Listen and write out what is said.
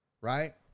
right